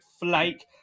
flake